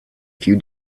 few